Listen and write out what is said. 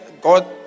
God